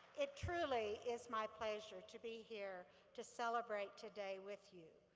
it truly is my pleasure to be here to celebrate today with you.